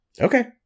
Okay